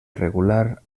irregular